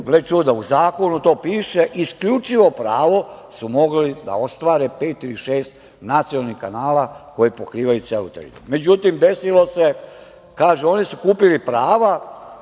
Gle čuda, u zakonu to piše, isključivo pravo su mogli da ostvare pet ili šest nacionalnih kanala koji pokrivaju celu teritoriju. Međutim, desilo se, kažu – oni su kupili prava,